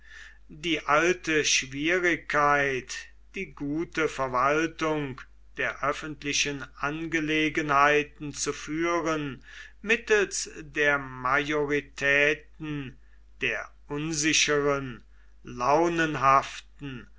die alte schwierigkeit die gute verwaltung der öffentlichen angelegenheiten zu führen mittels der majoritäten der unsicheren launenhaften